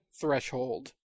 Threshold